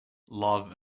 love